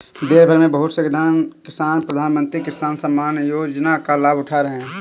देशभर में बहुत से किसान प्रधानमंत्री किसान सम्मान योजना का लाभ उठा रहे हैं